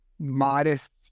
modest